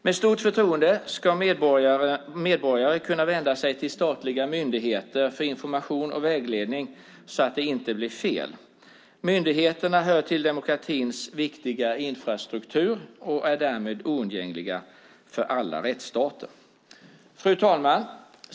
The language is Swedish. Med stort förtroende ska medborgare kunna vända sig till statliga myndigheter för information och vägledning, så att det inte blir fel. Myndigheterna hör till demokratins viktiga infrastruktur och är därmed oundgängliga för alla rättsstater. Fru talman!